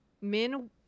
men